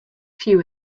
few